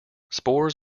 spores